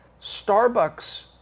Starbucks